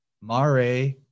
Mare